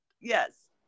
Yes